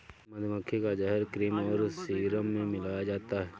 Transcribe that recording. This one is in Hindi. मधुमक्खी का जहर क्रीम और सीरम में मिलाया जाता है